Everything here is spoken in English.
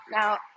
Now